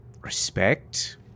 respect